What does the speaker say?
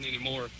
anymore